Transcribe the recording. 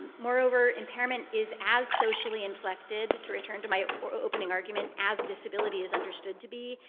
moreover, impairment is as socially inflected to return to my opening argument as disability is understood to be,